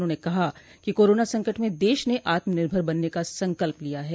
उन्होंने कहा कि कोरोना संकट में देश ने आत्मनिर्भर बनने का संकल्प लिया है